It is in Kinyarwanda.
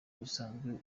bisanzwe